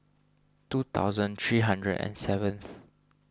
two thousand three hundred and seventh